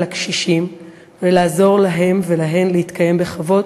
הקשישים ולעזור להם ולהן להתקיים בכבוד,